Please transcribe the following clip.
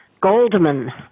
Goldman